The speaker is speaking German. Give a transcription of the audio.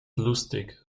lustig